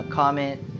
comment